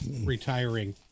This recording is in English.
retiring